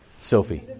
Sophie